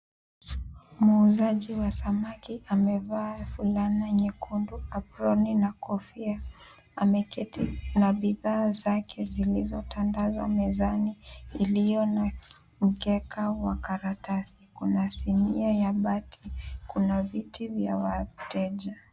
Muuzaji wa samaki amevaa fulana nyekundu, aproni na kofia ameketi na bidhaa zake zilizotandazwa mezani iliyona mkeka mwa karatasi, kuna sinia ya bati, kuna viti vya wateja.